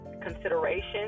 consideration